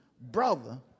brother